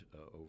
over